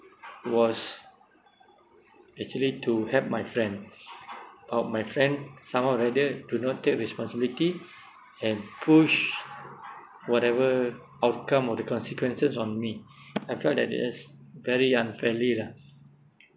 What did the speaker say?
was actually to help my friend but my friend somehow or rather do not take responsibility and push whatever outcome of the consequences on me I felt that is very unfairly lah